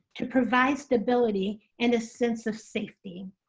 to provide stability and a sense of safety.